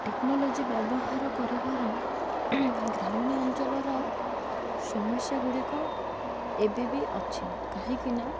technology ବ୍ୟବହାର କରିବାର ଗ୍ରାମୀଣ ଅଞ୍ଚଳର ସମସ୍ୟା ଗୁଡ଼ିକ ଏବେ ବି ଅଛି କାହିଁକିନା